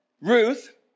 Ruth